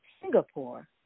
Singapore